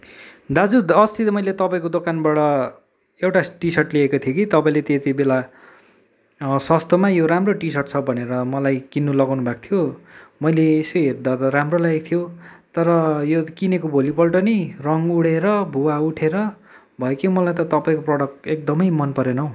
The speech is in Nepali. दाजु अस्ति त मैले तपाईँको दोकानबाट एउटा टी सर्ट लिएको थिएँ कि तपाईँले त्यति बेला सस्तोमा यो राम्रो टी सर्ट छ भनेर मलाई किन्न लगाउनुभएको थियो मैले यसो हेर्दा त राम्रो लागेको थियो तर यो किनेको भोलिपल्ट नै रङ्ग उडेर भुवा उठेर भयो कि मलाई त तपाईँको प्रडक्ट त एकदमै मनपरेन हौ